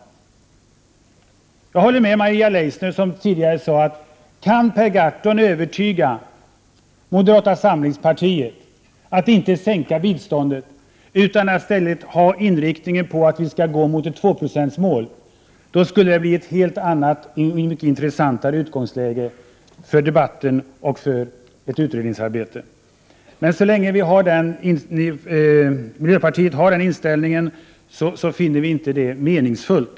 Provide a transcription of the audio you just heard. Jag håller med Maria Leissner, som tidigare sade att kan Per Gahrton övertyga moderata samlingspartiet att inte sänka biståndet utan i stället ha den inriktningen att vi skall gå mot ett tvåprocentsmål, så skulle det bli ett helt annat och mycket intressantare utgångsläge för debatten och för ett utredningsarbete. Men så länge miljöpartiet har den inställning det har, finner vi det inte meningsfullt.